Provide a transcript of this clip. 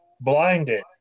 blinded